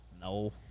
No